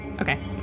Okay